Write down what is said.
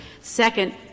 Second